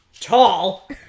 Tall